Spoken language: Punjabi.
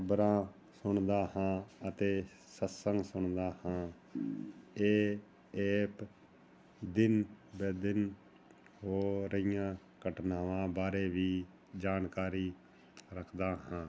ਖਬਰਾਂ ਸੁਣਦਾ ਹਾਂ ਅਤੇ ਸਤਿਸੰਗ ਨੂੰ ਸੁਣਦਾ ਹਾਂ ਇਹ ਐਪ ਦਿਨ ਬ ਦਿਨ ਹੋ ਰਹੀਆਂ ਘਟਨਾਵਾਂ ਬਾਰੇ ਵੀ ਜਾਣਕਾਰੀ ਰੱਖਦਾ ਹਾਂ